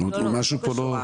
לא קשור,